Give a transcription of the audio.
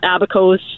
Abacos